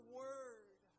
word